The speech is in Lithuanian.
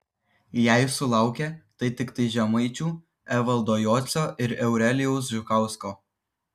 jei sulaukė tai tiktai žemaičių evaldo jocio ir eurelijaus žukausko